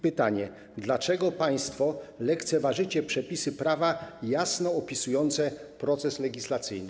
Pytanie: Dlaczego państwo lekceważycie przepisy prawa jasno opisujące proces legislacyjny?